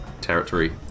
territory